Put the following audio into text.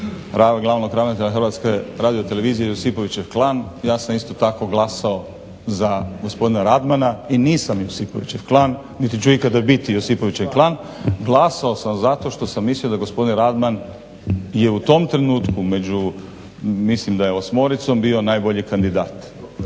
glavnog ravnatelja HRT-a josipovićev klan. Ja sam isto tako glasao za gospodina Radmana i nisam josipovićev klan niti ću ikad biti josipovićev klan. Glasao sam za to što sam mislio da gospodin Radman je u tom trenutku između mislim da je osmoricom bio najbolji kandidat.